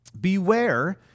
beware